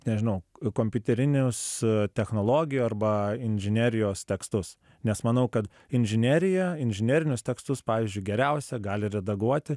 nežinau kompiuterinius technologijų arba inžinerijos tekstus nes manau kad inžinerija inžinerinius tekstus pavyzdžiui geriausia gali redaguoti